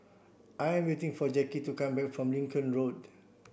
I am waiting for Jackie to come back from Lincoln Road